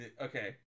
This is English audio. Okay